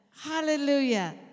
Hallelujah